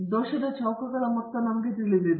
ದೋಷದ ಚೌಕಗಳ ಮೊತ್ತ ನಮಗೆ ಇದೆ